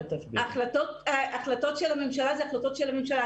החלטות של הממשלה זה החלטות של הממשלה.